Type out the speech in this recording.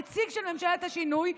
נציג של ממשלת השינוי,